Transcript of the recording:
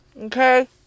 Okay